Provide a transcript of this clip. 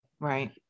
Right